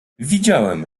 widziałem